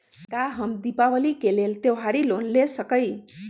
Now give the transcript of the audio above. का हम दीपावली के लेल त्योहारी लोन ले सकई?